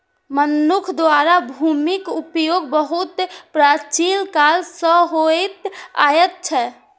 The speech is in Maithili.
मनुक्ख द्वारा भूमिक उपयोग बहुत प्राचीन काल सं होइत आयल छै